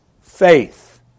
faith